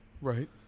Right